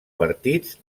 partits